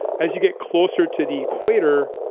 as you get closer to the equator,